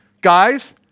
Guys